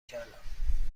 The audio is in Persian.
کردم